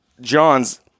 John's